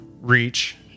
reach